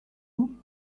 vous